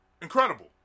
Incredible